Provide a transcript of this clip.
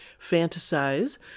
fantasize